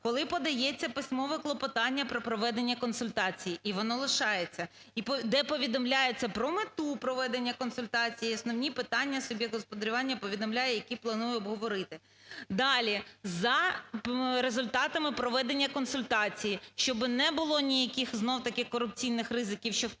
коли подається письмове клопотання про проведення консультацій, і воно лишається, де повідомляється про мету проведення консультацій, і основні питання суб'єкт господарювання повідомляє, які планує обговорити. Далі. За результатами проведення консультацій, щоб не було ніяких знову-таки корупційних ризиків, що хтось